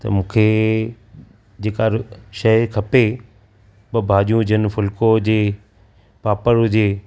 त मूंखे जेका शइ खपे ॿ भाॼियूं हुजनि फुलिको हुजे पापड़ हुजे